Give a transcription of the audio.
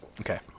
Okay